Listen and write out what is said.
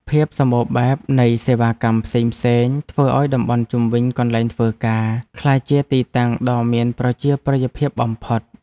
ភាពសម្បូរបែបនៃសេវាកម្មផ្សេងៗ ធ្វើឱ្យតំបន់ជុំវិញកន្លែងធ្វើការក្លាយជាទីតាំងដ៏មានប្រជាប្រិយភាពបំផុត។